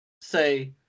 say